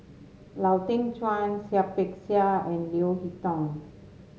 Lau Teng Chuan Seah Peck Seah and Leo Hee Tong